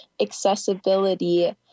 accessibility